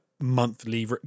monthly